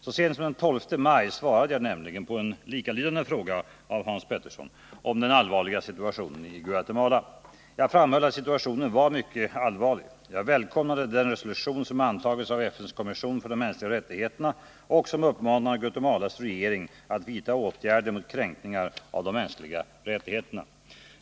Så sent som den 12 maj svarade jag nämligen på en likalydande fråga av Hans Petersson om den allvarliga situationen i Guatemala. Jag framhöll att situationen var mycket allvarlig. Jag välkomnade den resolution som antagits av FN:s kommission för de mänskliga rättigheterna och som uppmanar Guatemalas regering att vidta åtgärder mot kränkningarna av de mänskliga rättigheterna.